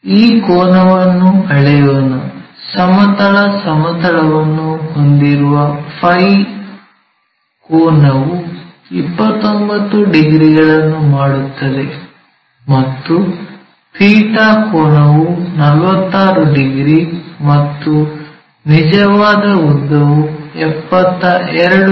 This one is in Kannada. ಈ ಕೋನವನ್ನು ಅಳೆಯೋಣ ಸಮತಲ ಸಮತಲವನ್ನು ಹೊಂದಿರುವ ಫೈ Φ ಕೋನವು 29 ಡಿಗ್ರಿಗಳನ್ನು ಮಾಡುತ್ತದೆ ಮತ್ತು ಥೀಟಾ ϴ ಕೋನವು 46 ಡಿಗ್ರಿ ಮತ್ತು ನಿಜವಾದ ಉದ್ದವು 72 ಮಿ